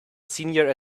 senior